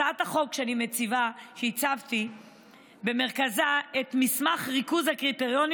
במרכז הצעת החוק שלי הצבתי את מסמך ריכוז הקריטריונים